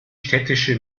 städtische